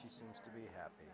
she seems to be happy